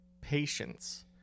patience